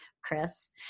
Chris